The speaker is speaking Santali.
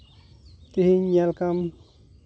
ᱛᱮᱦᱮᱧ ᱧᱮᱞ ᱠᱟᱜ ᱟᱢ